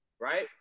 right